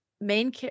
main